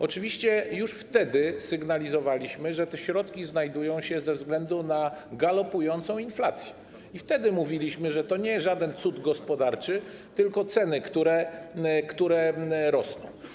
Oczywiście już wtedy sygnalizowaliśmy, że te środki znajdują się ze względu na galopującą inflację, i mówiliśmy, że to nie jest żaden cud gospodarczy, tylko ceny, które rosną.